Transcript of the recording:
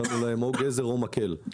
נתנו לנן או גזר או מקל,